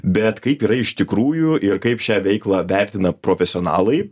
bet kaip yra iš tikrųjų ir kaip šią veiklą vertina profesionalai